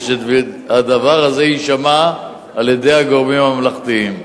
ושהדבר הזה יישמע על-ידי הגורמים הממלכתיים.